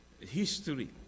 history